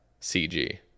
cg